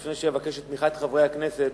לפני שאבקש את תמיכת חברי הכנסת,